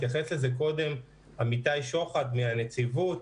התייחס לזה קודם אמיתי שוחט מהנציבות.